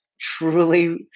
truly